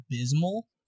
abysmal